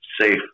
safe